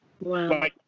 Wow